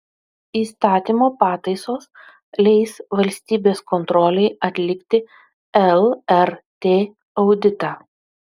įstatymo pataisos leis valstybės kontrolei atlikti lrt auditą